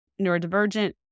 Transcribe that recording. neurodivergent